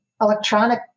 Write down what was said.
electronic